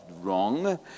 wrong